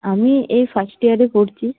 আমি এই ফার্স্ট ইয়ারে পড়ছি